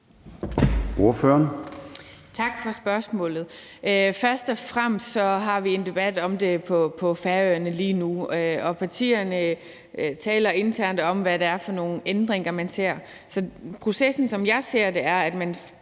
Tak for spørgsmålet. Først og fremmest har vi en debat om det på Færøerne lige nu, og partierne taler internt om, hvad det er for nogle ændringer, man ser for sig. Så processen, som jeg ser det, er, at man